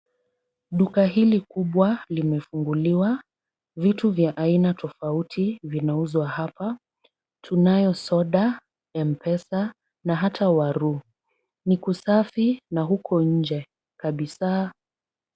Duka hili kubwa limefunguliwa, vitu vya aina tofauti vinauzwa hapa ,tunayo soda, mpesa na ata waru ,ni kusafi na huko nje kabisa.